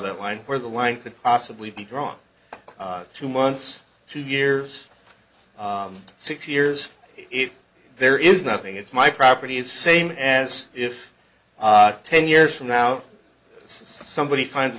that line where the line could possibly be drawn two months two years six years if there is nothing it's my property is same as if ten years from now somebody finds a